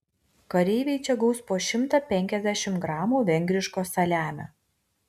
kareiviai čia gaus po šimtą penkiasdešimt gramų vengriško saliamio